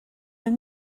and